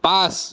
পাঁচ